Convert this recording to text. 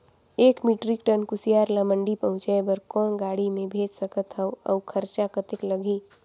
एक metric ton कुसियार ल मंडी पहुंचाय बर कौन गाड़ी मे भेज सकत हव अउ खरचा कतेक लगही?